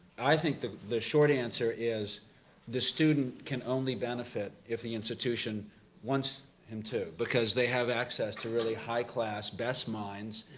i think that the short answer is the student can only benefit if the institution wants him to, because they have access to really high class, best minds,